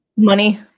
money